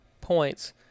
points